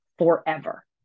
Forever